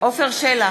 עפר שלח,